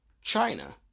China